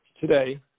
today